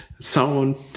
sound